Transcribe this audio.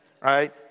Right